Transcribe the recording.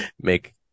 make